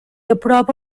aprova